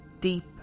deep